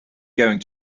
going